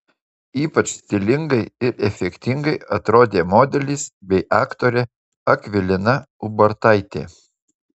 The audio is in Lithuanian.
ypač stilingai ir efektingai atrodė modelis bei aktorė akvilina ubartaitė